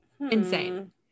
Insane